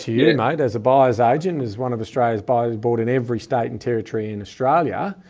you denied as a buyer's agent is one of the stratas bodies bought in every state and territory in australia.